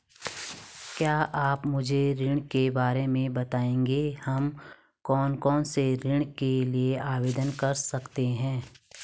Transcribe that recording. क्या आप मुझे ऋण के बारे में बताएँगे हम कौन कौनसे ऋण के लिए आवेदन कर सकते हैं?